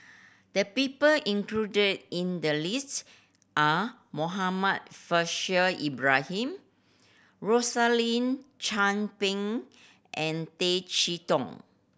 the people included in the list are Muhammad Faishal Ibrahim Rosaline Chan Pang and Tay Chee Toh